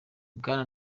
bwana